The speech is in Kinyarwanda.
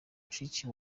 mushiki